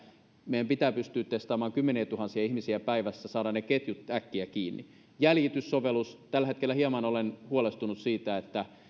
meidän pitää pystyä testaamaan kymmeniätuhansia ihmisiä päivässä saadaan ne ketjut äkkiä kiinni jäljityssovellus tällä hetkellä olen hieman huolestunut siitä että